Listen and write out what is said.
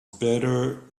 better